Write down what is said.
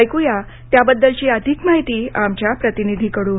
ऐकू या त्याबद्दलची अधिक माहिती आमच्या प्रतिनिधीकडून